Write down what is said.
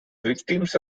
victims